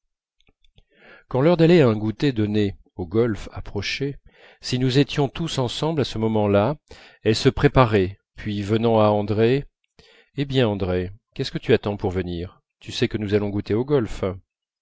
quand l'heure d'aller à un goûter donné au golf approchait si nous étions tous ensemble à ce moment-là elle se préparait puis venant à andrée hé bien andrée qu'est-ce que tu attends pour venir tu sais que nous allons goûter au golf